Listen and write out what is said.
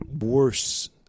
worse